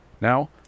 Now